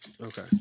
Okay